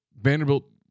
Vanderbilt